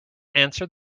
answer